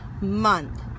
month